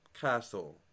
castle